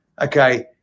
okay